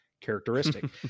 characteristic